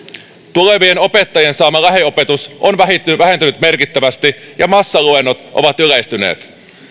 tulevien opettajien saama lähiopetus on vähentynyt merkittävästi ja massaluennot ovat yleistyneet